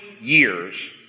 years